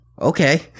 Okay